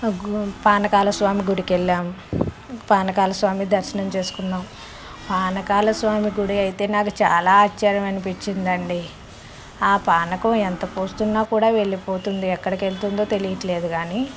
గు పానకాల స్వామి గుడికి వెళ్ళాము పానకాల స్వామి దర్శనం చేసుకున్నాం పానకాల స్వామి గుడి అయితే నాకు చాలా ఆశ్చర్యం అనిపించిందండి ఆ పానకం ఎంత పోస్తున్నా కూడా వెళ్ళిపోతుంది ఎక్కడికి వెళ్తుందో తెలియట్లేదు కానీ